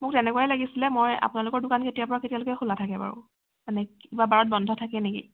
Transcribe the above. মোক তেনেকুৱাই লাগিছিলে মই আপোনালোকৰ দোকান কেতিয়াৰ পৰা কেতিয়ালৈ খোলা থাকে বাৰু মানে কিবা বাৰত বন্ধ থাকে নেকি